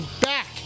back